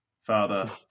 father